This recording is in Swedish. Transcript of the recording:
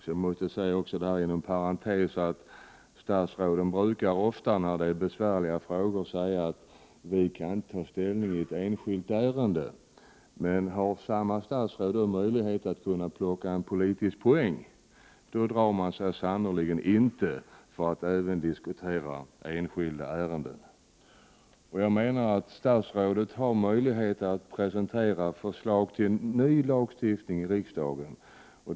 Inom parentes vill jag säga att om ett statsråd får besvärliga frågor brukar han eller hon anföra att det inte är möjligt att ta ställning i ett enskilt ärende. Men om samma statsråd har möjlighet att plocka en politisk poäng, då drar sig han eller hon sannolikt inte för att även diskutera enskilda ärenden. Jag menar att statsrådet har möjlighet att presentera förslag till ny lagstiftning i riksdagen.